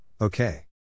okay